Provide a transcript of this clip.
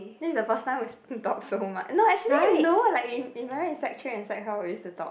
this is the first time we talk so much no actually no like in in session is like how we used to talk